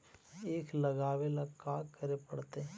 ईख लगावे ला का का करे पड़तैई?